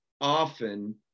often